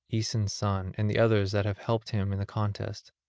aeson's son, and the others that have helped him in the contest,